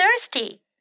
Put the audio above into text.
thirsty